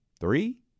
Three